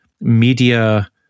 media